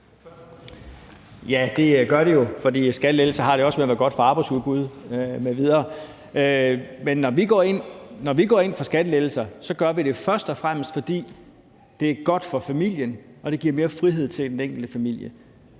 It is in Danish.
Ja, det gør det jo, for skattelettelser har det også med at være godt for arbejdsudbud m.v. Når vi går ind for skattelettelser, gør vi det først og fremmest, fordi det er godt for familien og det giver mere frihed til den enkelte familie.